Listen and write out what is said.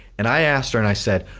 and i asked her and i said,